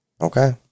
Okay